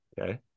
Okay